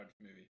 movie